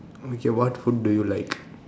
okay what food do you like